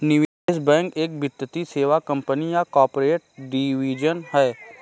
निवेश बैंक एक वित्तीय सेवा कंपनी या कॉर्पोरेट डिवीजन है